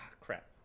crap